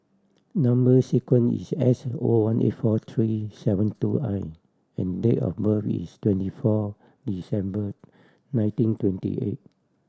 number sequence is S O one eight four three seven two I and date of birth is twenty four December nineteen twenty eight